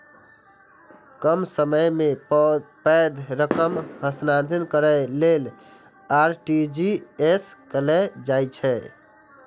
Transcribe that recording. कम समय मे पैघ रकम हस्तांतरित करै लेल आर.टी.जी.एस कैल जाइ छै